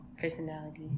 personality